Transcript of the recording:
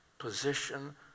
position